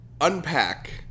Unpack